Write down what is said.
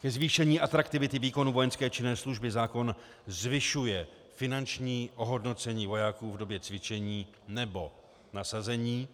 Ke zvýšení atraktivity výkonu vojenské činné služby zákon zvyšuje finanční ohodnocení vojáků v době cvičení nebo nasazení,